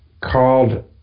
called